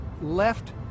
left